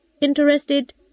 interested